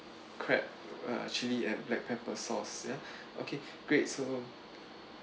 crab actually at black pepper sauce ya okay great so